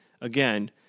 again